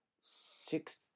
six